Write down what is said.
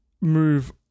move